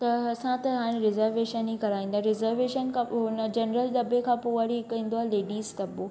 त असां त हाणे रिज़रवेशन ई कराईंदा रिजरवेशन खां पोइ हुन जनरल दॿे खां पोइ वरी हिक ईंदो आहे लेडीस दॿो